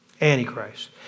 Antichrist